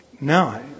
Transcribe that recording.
No